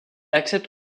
accepte